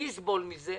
מי יסבול מזה?